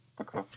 okay